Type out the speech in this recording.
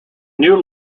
new